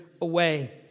away